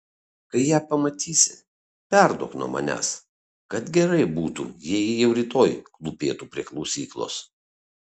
kai ją pamatysi perduok nuo manęs kad gerai būtų jei ji jau rytoj klūpėtų prie klausyklos